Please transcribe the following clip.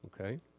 Okay